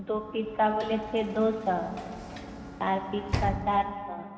दो पीस का बोले थे दो सौ चार पीस का चार सौ